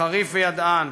חריף וידען,